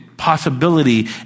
Possibility